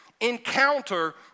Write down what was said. encounter